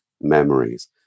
memories